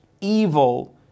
evil